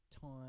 time